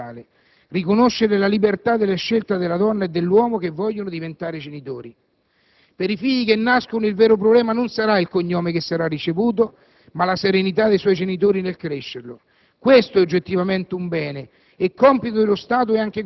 Vado alla conclusione, signor Presidente. Questa è la vera uguaglianza sociale: riconoscere la libertà della scelta della donna e dell'uomo che vogliono diventare genitori. Per i figli che nascono il vero problema non sarà il cognome che sarà ricevuto, ma la serenità dei loro genitori nel crescerli.